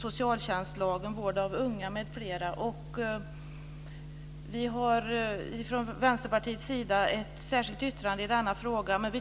Fru talman!